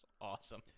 awesome